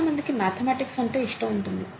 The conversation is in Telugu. చాలా మందికి మాథెమటిక్స్ అంటే ఇష్టం ఉంటుంది